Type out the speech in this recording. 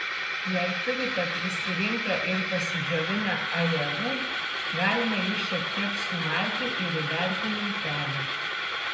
jei turite prisirinkę ir pasidžiovinę ajerų galima jų šiek tiek sumalti ir įberti miltelių